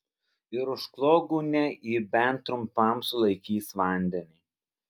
ir užklok gūnia ji bent trumpam sulaikys vandenį